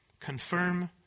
confirm